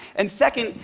and second,